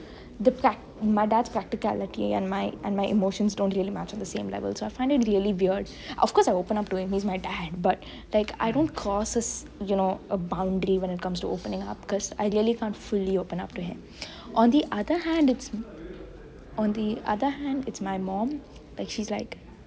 the practical my dad's practicality and my emotions don't really match on the same level so I find it really weird of course I open up to him he's my dad but I don't cause you know a boundary when it comes to opening up because I really can't fully open up to him on the other hand it's on the other hand it's my mum that she's like